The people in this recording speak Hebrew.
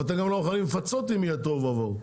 אבל, אתם גם לא מכונים לפצות אם יהיה תוהו ובוהו.